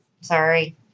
Sorry